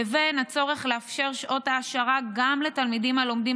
לבין הצורך לאפשר שעות העשרה גם לתלמידים הלומדים